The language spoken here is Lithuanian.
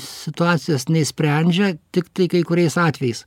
situacijos neišsprendžia tiktai kai kuriais atvejais